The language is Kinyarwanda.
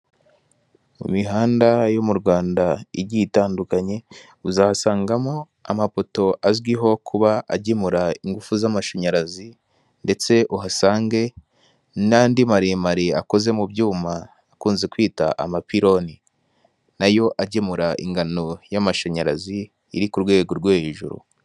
Mu mihanda yo mu rwanda igiye itandukanye, uzasangamo amapoto azwiho kuba agemura ingufu z'amashanyarazi, ndetse uhasange n'andi maremare akoze mu byuma akunze kwita amapiloni, nayo agemura ingano y'amashanyarazi iri ku rwego rwo hejuru.